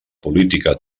política